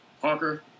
Parker